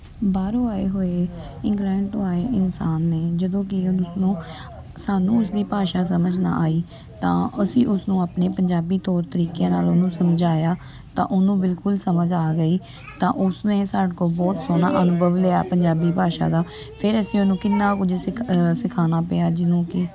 ਬਾਹਰੋਂ ਆਏ ਹੋਏ ਇੰਗਲੈਂਡ ਤੋਂ ਆਏ ਇਨਸਾਨ ਨੇ ਜਦੋਂ ਕਿ ਉਸ ਨੂੰ ਸਾਨੂੰ ਉਸਦੀ ਭਾਸ਼ਾ ਸਮਝ ਨਾ ਆਈ ਤਾਂ ਅਸੀਂ ਉਸਨੂੰ ਆਪਣੇ ਪੰਜਾਬੀ ਤੌਰ ਤਰੀਕਿਆਂ ਨਾਲ ਉਹਨੂੰ ਸਮਝਾਇਆ ਤਾਂ ਉਹਨੂੰ ਬਿਲਕੁਲ ਸਮਝ ਆ ਗਈ ਤਾਂ ਉਸਨੇ ਸਾਡੇ ਕੋਲ ਬਹੁਤ ਸੋਹਣਾ ਅਨੁਭਵ ਲਿਆ ਪੰਜਾਬੀ ਭਾਸ਼ਾ ਦਾ ਫਿਰ ਅਸੀਂ ਉਹਨੂੰ ਕਿੰਨਾਂ ਕੁਝ ਸਿਖ ਸਿਖਾਉਣਾ ਪਿਆ ਜਿਹਨੂੰ ਕਿ